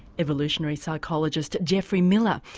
evolutionary psychologist geoffrey miller.